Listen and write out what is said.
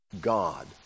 God